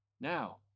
Now